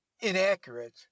inaccurate